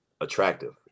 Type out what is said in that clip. attractive